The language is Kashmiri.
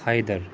حیدر